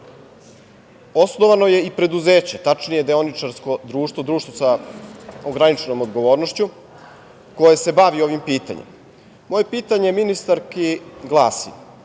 Osnovano je i preduzeće, tačnije deoničarsko društvo, društvo sa ograničenom odgovornošću koje se bavi ovim pitanjem. Moje pitanje ministarki glasi